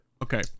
okay